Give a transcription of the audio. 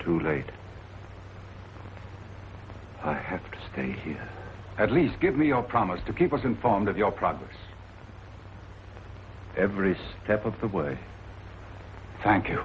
too late i have to stay here at least give me your promise to keep us informed of your progress every step of the way thank you